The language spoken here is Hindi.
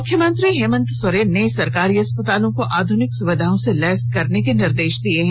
मुख्यमंत्री हेमंत सोरेन ने सरकारी अस्पतालों को आध्निक सुविधाओं से लैस करने के निर्देश दिए हैं